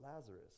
Lazarus